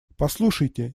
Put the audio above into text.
послушайте